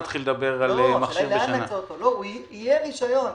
יהיה רישיון,